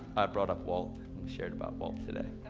i brought up walt, we shared about walt today.